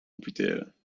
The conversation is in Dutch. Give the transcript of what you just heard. amputeren